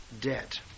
debt